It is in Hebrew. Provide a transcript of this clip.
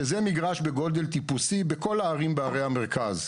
שזה מגרש בגודל טיפוסי בכל הערים בערי המרכז.